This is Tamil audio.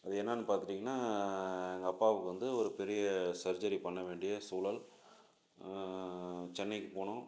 அது என்னென்னு பார்த்துட்டிங்கன்னா எங்க அப்பாவுக்கு வந்து ஒரு பெரிய சர்ஜரி பண்ண வேண்டிய சூழல் சென்னைக்கு போனோம்